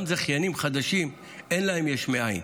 גם זכיינים חדשים, אין להם יש מאין.